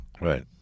Right